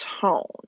tone